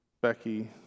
Becky